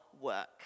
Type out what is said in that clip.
work